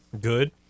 Good